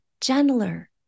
gentler